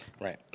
Right